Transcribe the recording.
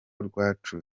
rwacu